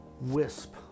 wisp